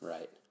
Right